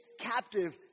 captive